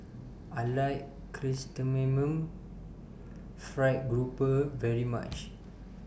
I like Chrysanthemum Fried Grouper very much